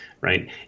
right